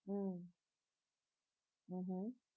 mm mmhmm